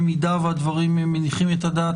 במידה שהדברים מניחים את הדעת,